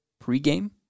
Pre-game